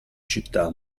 città